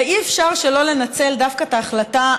ואי-אפשר שלא לנצל דווקא את ההחלטה,